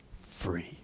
free